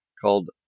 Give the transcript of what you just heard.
called